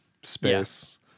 space